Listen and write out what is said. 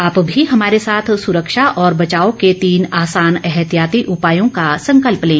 आप भी हमारे साथ सुरक्षा और बचाव के तीन आसान एहतियाती उपायों का संकल्प लें